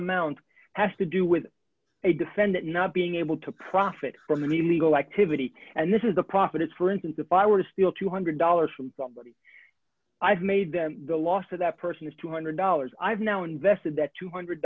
amount has to do with a defendant not being able to profit from the new legal activity and this is the profits for instance if i were to steal two hundred dollars from somebody i've made the loss of that person is two hundred dollars i've now invested that two hundred